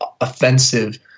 offensive